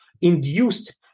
induced